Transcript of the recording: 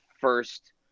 first